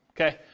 okay